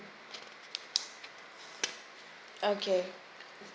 okay